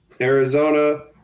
Arizona